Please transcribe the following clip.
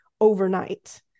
overnight